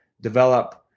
develop